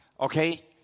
Okay